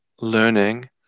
learning